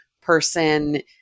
person